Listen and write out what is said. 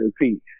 repeat